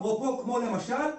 כמו למשל,